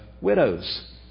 widows